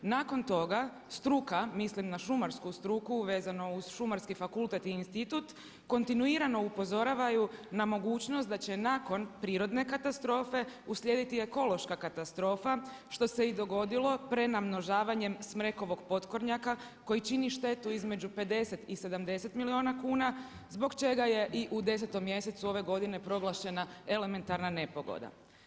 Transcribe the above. Nakon toga struka, mislim na šumarsku struku vezano uz Šumarski fakultet i institut, kontinuirano upozoravaju na mogućnost da će nakon prirodne katastrofe uslijediti ekološka katastrofa što se i dogodilo prenamnožavanjem smrekovog potkornjaka koji čini štetu između 50 i 70 milijuna kuna, zbog čega je i u 10. mjesecu ove godine proglašena elementarna nepogoda.